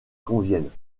conviennent